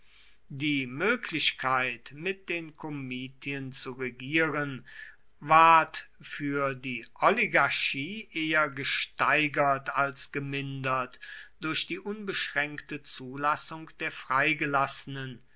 die möglichkeit mit den komitien zu regieren ward für die oligarchie eher gesteigert als gemindert durch die unbeschränkte zulassung der freigelassenen